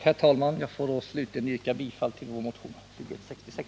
Herr talman! Jag yrkar bifall till vår motion nr 2166.